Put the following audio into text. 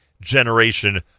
generation